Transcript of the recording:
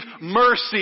mercy